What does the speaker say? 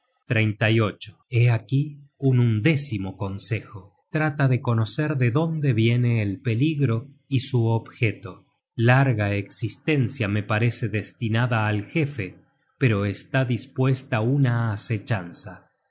talento y armas hé aquí un undécimo consejo trata de conocer de dónde viene el peligro y su objeto larga existencia me parece destinada al jefe pero está dispuesta una asechanza